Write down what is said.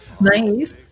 Nice